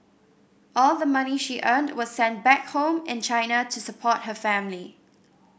all the money she earned was sent back home in China to support her family